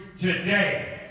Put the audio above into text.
today